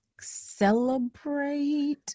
celebrate